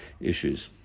issues